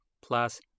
plus